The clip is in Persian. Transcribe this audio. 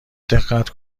دقت